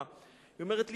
היא אומרת לי,